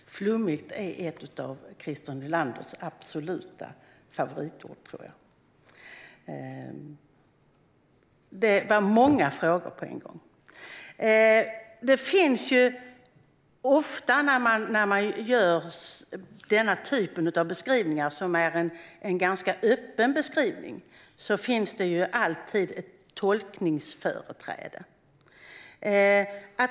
Herr talman! "Flummigt" är ett av Christer Nylanders absoluta favoritord, tror jag. Det var många frågor på en gång. När man gör den här typen av ganska öppna beskrivningar finns det alltid ett tolkningsutrymme.